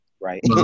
right